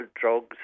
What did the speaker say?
drugs